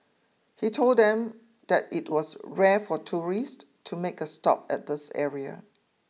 he told them that it was rare for tourists to make a stop at this area